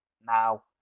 now